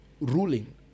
ruling